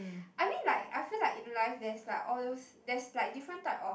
I mean like I feel like in life there's like all those there's like different type of